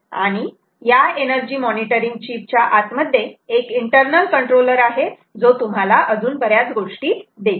आणि या energy monitoring chip च्या आत मध्ये एक इंटरनल कंट्रोलर आहे जो तुम्हाला बऱ्याच गोष्टी देतो